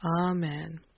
Amen